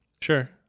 Sure